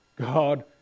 God